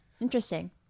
Interesting